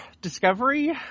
discovery